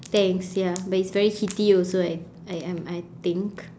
thanks ya but it's very heaty also I I I I think